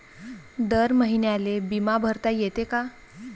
दर महिन्याले बिमा भरता येते का?